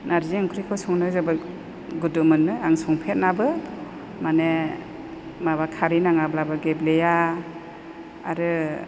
नारजि ओंख्रिखौ संनो जोबोद गुदु मोनो आं संफेराबो माने माबा खारै नाङाब्लाबो गेब्लेया आरो